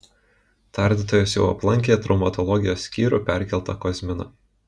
tardytojas jau aplankė į traumatologijos skyrių perkeltą kozminą